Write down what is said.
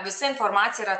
visa informacija yra